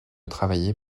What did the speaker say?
travailler